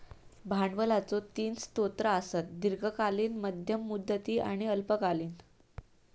भांडवलाचो तीन स्रोत आसत, दीर्घकालीन, मध्यम मुदती आणि अल्पकालीन